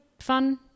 fun